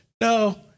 No